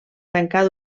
tancar